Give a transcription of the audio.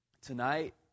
tonight